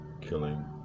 killing